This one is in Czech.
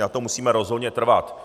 Na tom musíme rozhodně trvat.